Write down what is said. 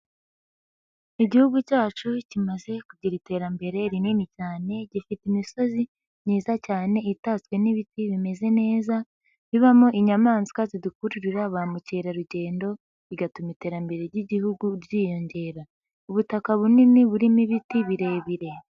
Igihugu cyacu kimaze kugira iterambere rinini cyane, gifite imisozi myiza cyane itatswe n'ibiti bimeze neza bibamo inyamaswa zidukuririra ba mukerarugendo, bigatuma iterambere ry'Igihugu ryiyongera, ubutaka bunini burimo ibiti birebire.